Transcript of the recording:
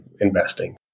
investing